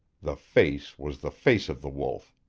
the face was the face of the wolf,